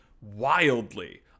wildly